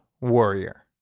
Warrior